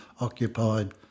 occupied